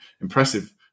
impressive